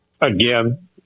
Again